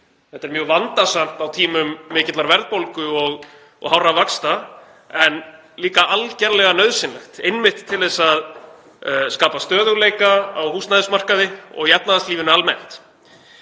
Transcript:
Þetta er mjög vandasamt á tímum mikillar verðbólgu og hárra vaxta en líka algerlega nauðsynlegt, einmitt til að skapa stöðugleika á húsnæðismarkaði og í efnahagslífinu almennt.